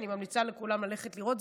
אני ממליצה לכולם ללכת לראות.